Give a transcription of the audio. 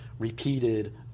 repeated